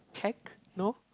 check no